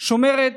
השומרת